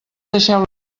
deixeu